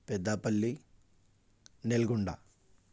پیدا پلی نیل گنڈا